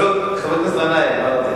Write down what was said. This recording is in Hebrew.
חבר הכנסת גנאים, מה רצית?